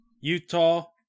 Utah